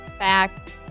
Back